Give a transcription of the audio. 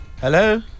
Hello